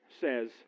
says